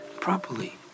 properly